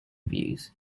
views